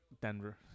Denver